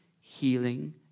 healing